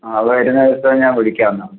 ആ വരുന്ന ദിവസം ഞാൻ വിളിക്കാം എന്നാൽ